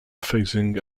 facing